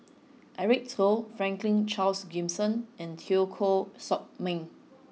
Eric Teo Franklin Charles Gimson and Teo Koh Sock Miang